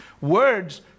words